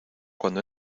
cuando